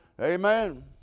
Amen